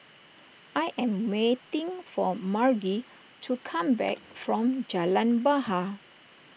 I am waiting for Margy to come back from Jalan Bahar